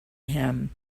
him